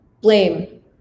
blame